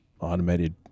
automated